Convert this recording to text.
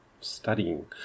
studying